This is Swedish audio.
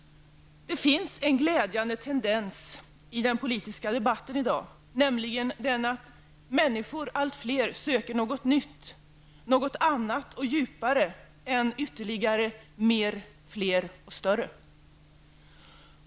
Det finns en glädjande tendens i den politiska debatten i dag, nämligen att allt fler människor söker något nytt, något annat och djupare än ytterligare mer, fler och större.